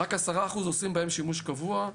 רק 10% עושים בהם שימוש קבוע.